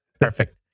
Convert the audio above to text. Perfect